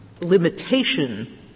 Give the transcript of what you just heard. limitation